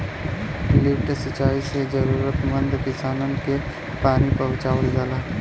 lift सिंचाई से जरूरतमंद किसानन के पानी पहुंचावल जाला